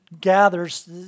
gathers